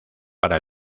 para